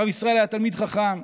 הרב ישראל היה תלמיד חכם.